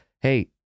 hey